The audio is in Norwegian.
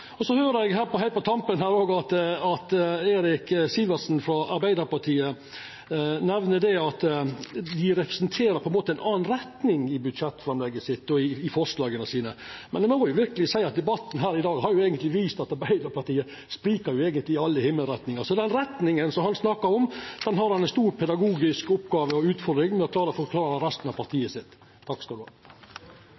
saka. Så det er i det heile ingen grunn til å støtta dette forslaget. Så høyrer eg heilt på tampen her at Eirik Sivertsen frå Arbeidarpartiet nemner at dei representerer ei anna retning i budsjettframlegget sitt og i forslaga sine. Men eg må verkeleg seia at debatten her i dag eigentleg har vist at Arbeidarpartiet sprikjer i alle himmelretningar. Så den retninga som han snakkar om, har han ei stor pedagogisk oppgåve og utfordring med å klara å forklara resten av